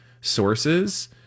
sources